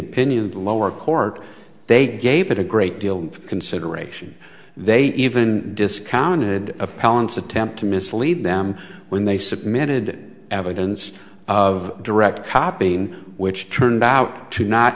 the lower court they gave it a great deal of consideration they even discounted appellants attempt to mislead them when they submitted evidence of direct copying which turned out to not